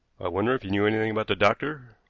wonder if he knew anything about the doctor.